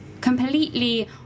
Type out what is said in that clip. completely